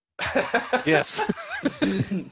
Yes